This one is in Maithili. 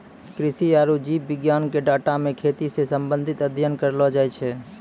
कृषि आरु जीव विज्ञान के डाटा मे खेती से संबंधित अध्ययन करलो जाय छै